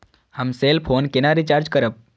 हम cell phone केना recharge करब?